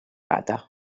gata